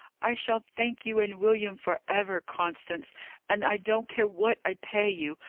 i shall thank you and william for ever, constance and i don't care what i pay you.